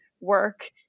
work